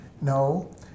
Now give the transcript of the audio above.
No